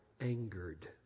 angered